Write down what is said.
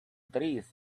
trees